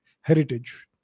heritage